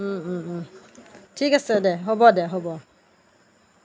ঠিক আছে দে হ'ব দে হ'ব